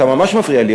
אתה ממש מפריע לי,